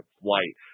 flight